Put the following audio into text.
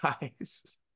guys